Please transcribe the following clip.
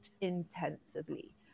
intensively